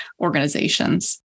organizations